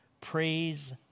Praise